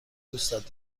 دوستت